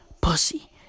pussy